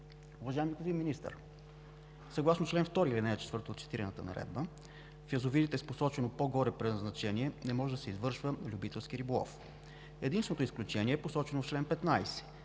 Уважаеми господин Министър, съгласно чл. 2, ал. 4 от цитираната наредба в язовирите с посочено по-горе предназначение не може да се извършва любителски риболов. Единственото изключение е посочено в чл. 15,